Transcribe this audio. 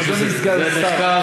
זה מכתב